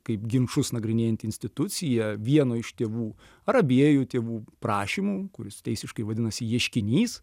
kaip ginčus nagrinėjanti institucija vieno iš tėvų ar abiejų tėvų prašymu kuris teisiškai vadinasi ieškinys